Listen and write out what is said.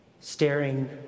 staring